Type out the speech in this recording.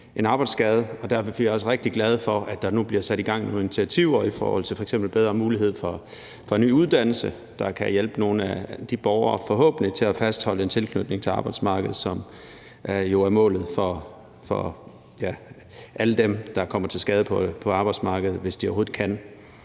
Derfor er vi også rigtig glade for, at der nu bliver sat gang i nogle initiativer i forhold til f.eks. bedre mulighed for en ny uddannelse, der kan hjælpe nogle af de borgere til forhåbentlig at fastholde en tilknytning til arbejdsmarkedet, som jo er målet for alle dem, der kommer til skade på arbejdsmarkedet, hvis de overhovedet kan.